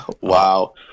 Wow